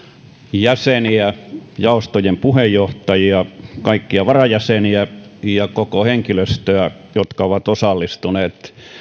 jäseniä jaostojen puheenjohtajia kaikkia varajäseniä ja koko henkilöstöä jotka ovat osallistuneet